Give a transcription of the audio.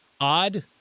odd